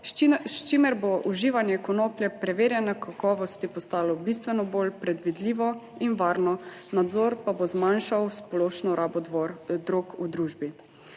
s čimer bo uživanje konoplje preverjanje kakovosti postalo bistveno bolj predvidljivo in varno, nadzor pa bo zmanjšal splošno rabo drog v družbi.